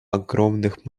огромных